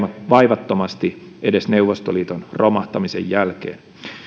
vaivattomasti edes neuvostoliiton romahtamisen jälkeen